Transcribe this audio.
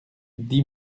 dix